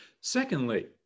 Secondly